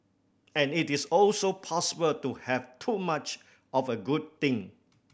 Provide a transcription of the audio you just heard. and it is also possible to have too much of a good thing